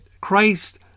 Christ